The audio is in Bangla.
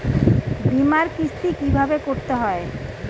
বিমার কিস্তি কিভাবে করতে হয়?